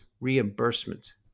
reimbursement